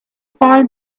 find